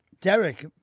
Derek